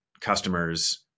customers